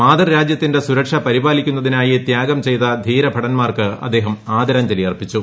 മാതൃരാജൃത്തിന്റെ സുരക്ഷ പരിപാലിക്കുന്നതിനായി ത്യാഗം ചെയ്ത ധീര ഭടന്മാർക്ക് അദ്ദേഹം ആദരാജ്ഞലി അർപ്പിച്ചു